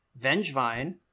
Vengevine